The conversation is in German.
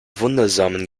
wundersamen